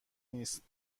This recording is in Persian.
نیست